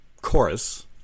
chorus